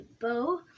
bow